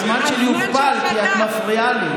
הזמן מוכפל כי את מפריעה לי.